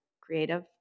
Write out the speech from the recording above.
creative